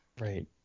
right